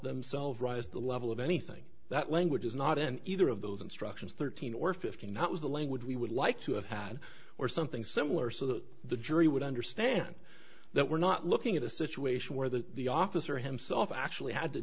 themselves rise the level of anything that language is not in either of those instructions thirteen or fifteen that was the language we would like to have had or something similar so that the jury would understand that we're not looking at a situation where the the officer himself actually had to